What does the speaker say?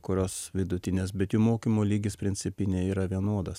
kurios vidutinės bet jų mokymo lygis principiniai yra vienodas